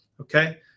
okay